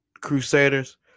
crusaders